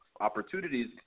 opportunities